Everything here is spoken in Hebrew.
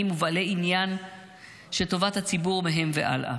ובעלי עניין שטובת הציבור מהם והלאה?